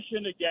again